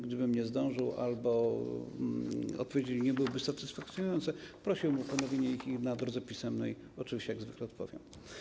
Gdybym nie zdążył albo odpowiedzi nie byłyby satysfakcjonujące, prosiłbym o ich ponowienie i na drodze pisemnej oczywiście jak zwykle odpowiem.